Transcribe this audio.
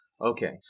Okay